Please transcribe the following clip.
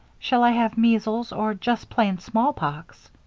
shall i have measles, or just plain smallpox?